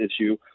issue